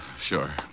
Sure